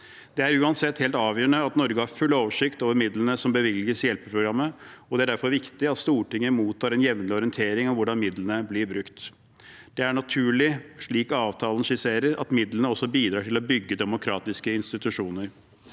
Det er uansett helt avgjørende at Norge har full oversikt over midlene som bevilges i hjelpeprogrammet, og det er derfor viktig at Stortinget mottar en jevnlig orientering om hvordan midlene blir brukt. Det er naturlig, slik avtalen skisserer, at midlene også bidrar til å bygge demokratiske institusjoner,